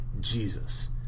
Jesus